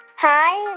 hi,